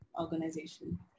organization